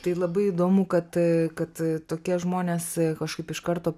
tai labai įdomu kad kad tokie žmonės kažkaip iš karto